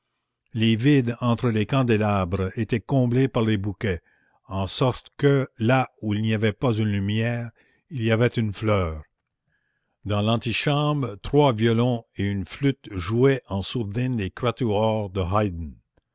les vides entre les candélabres étaient comblés par les bouquets en sorte que là où il n'y avait pas une lumière il y avait une fleur dans l'antichambre trois violons et une flûte jouaient en sourdine des quatuors de